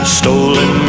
stolen